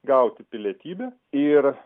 gauti pilietybę ir